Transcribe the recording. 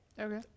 Okay